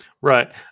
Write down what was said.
Right